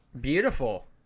Beautiful